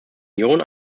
union